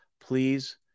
please